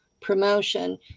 promotion